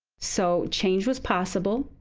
so change was possible.